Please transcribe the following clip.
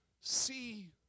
see